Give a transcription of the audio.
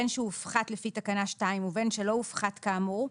בין שהופחת לפי תקנה 2 ובין שלא הופחת כאמור,